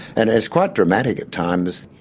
and it's quite dramatic at times.